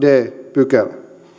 pykälä